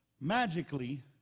magically